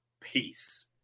peace